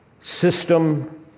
system